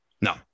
No